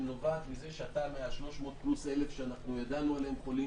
שנובעת מזה שאתה מה-300,000 שידענו שהם חולים,